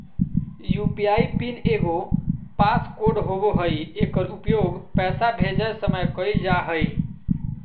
UPI pin एगो passcode होबो हइ एकर उपयोग पैसा भेजय समय कइल जा हइ